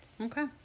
Okay